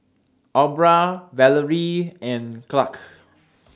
Aubra Valorie and Clarke